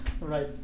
Right